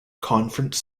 conference